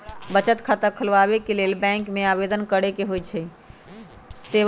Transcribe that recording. बचत खता खोलबाबे के लेल बैंक में आवेदन करेके होइ छइ